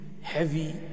heavy